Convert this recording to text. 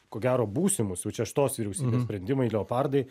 ko gero būsimus jau čia šitos vyriausybės sprendimai leopardai